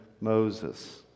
Moses